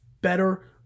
better